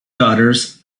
daughters